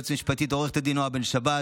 ליועצת המשפטית עו"ד נעה בן שבת,